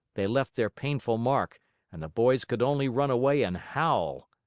they left their painful mark and the boys could only run away and howl.